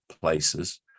places